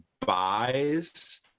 buys